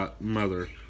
mother